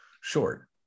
short